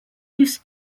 used